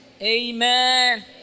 Amen